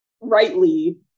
rightly